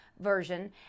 Version